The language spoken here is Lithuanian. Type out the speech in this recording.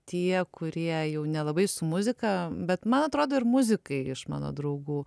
tie kurie jau nelabai su muzika bet man atrodo ir muzikai iš mano draugų